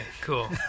cool